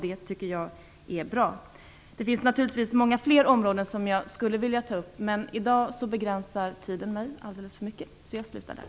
Det finns naturligtvis många fler områden som jag skulle vilja ta upp. Men i dag begränsar tiden mig alldeles för mycket, så jag slutar där.